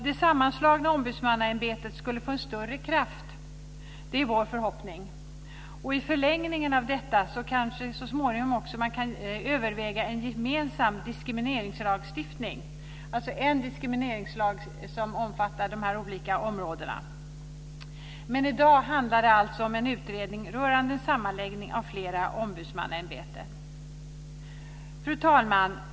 Det sammanslagna ombudsmannaämbetet skulle få en större kraft, det är vår förhoppning. I förlängningen av detta kan man kanske så småningom överväga en gemensam diskrimineringslagstiftning, alltså en diskrimineringslag som omfattar de olika områdena. Men i dag handlar det om en utredning rörande sammanläggning av fler ombudsmannaenheter. Fru talman!